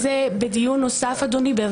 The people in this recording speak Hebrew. אבל זה לא מה שאנחנו דנים בו.